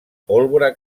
pólvora